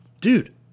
dude